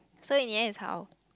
so in the end is how